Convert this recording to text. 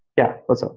yeah, what's up?